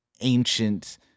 ancient